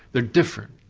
they're different.